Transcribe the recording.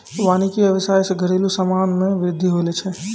वानिकी व्याबसाय से घरेलु समान मे बृद्धि होलो छै